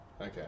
Okay